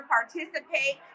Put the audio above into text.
participate